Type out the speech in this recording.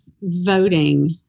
voting